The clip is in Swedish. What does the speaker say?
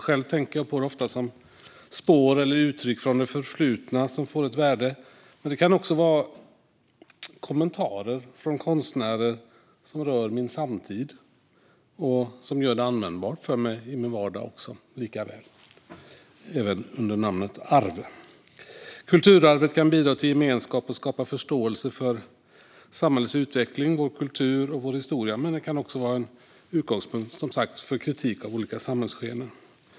Själv tänker jag ofta på det som spår eller uttryck från det förflutna som får ett värde, men det kan också vara kommentarer från konstnärer som rör min samtid som gör det användbart för mig i min vardag, även under namnet arv. Kulturarvet kan bidra till gemenskap och skapa förståelse för samhällets utveckling, vår kultur och vår historia, men det kan som sagt också vara en utgångspunkt för kritik av olika samhällsskeenden.